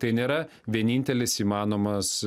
tai nėra vienintelis įmanomas